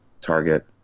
target